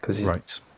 Right